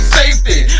safety